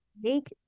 Make